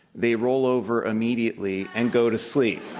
they roll over immediately and go to sleep.